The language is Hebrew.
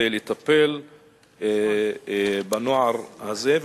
לטיפול בנוער הזה,